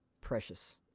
precious